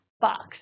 box